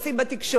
ומה לעשות?